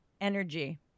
energy